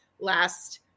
last